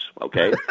okay